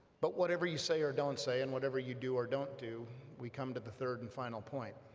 but whatever you say or don't say, and whatever you do or don't do we come to the third and final point